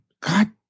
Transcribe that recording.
God